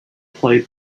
play